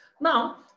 Now